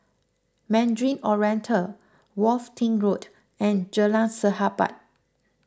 Mandarin Oriental Worthing Road and Jalan Sahabat